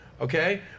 Okay